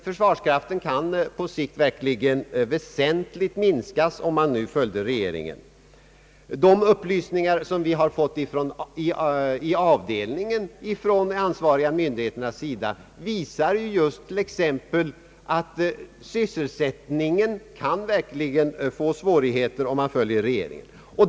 Försvarskraften på sikt skulle verkligen väsentligt minskas om man följde regeringen. De upplysningar som vi i avdelningen har fått från ansvariga myndigheter visar t.ex. att sysselsättningen verkligen kan få svårigheter om man skulle följa regeringen.